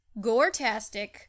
gore-tastic